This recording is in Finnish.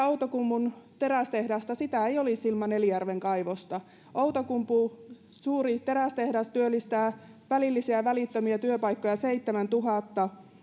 outokummun terästehdasta ei olisi ilman elijärven kaivosta outokumpu suuri terästehdas tarjoaa välillisiä ja välittömiä työpaikkoja seitsemäntuhatta